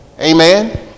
Amen